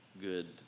good